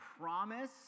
promise